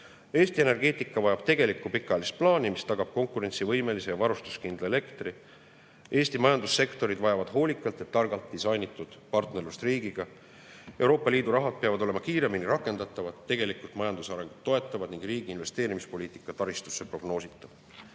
Eesti energeetika vajab tegelikku pikaajalist plaani, mis tagab konkurentsivõimelise ja varustuskindla elektri. Eesti majandussektorid vajavad hoolikalt ja targalt disainitud partnerlust riigiga. Euroopa Liidu raha peab olema kiiremini rakendatav ja tegelikult majanduse arengut toetama. Poliitika, kuidas riik taristusse investeerib,